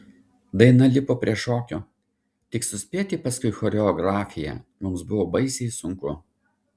daina lipo prie šokio tik suspėti paskui choreografiją mums buvo baisiai sunku